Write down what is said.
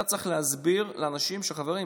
אתה צריך להסביר לאנשים: חברים,